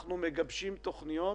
"אנחנו מגבשים תוכניות"